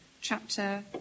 chapter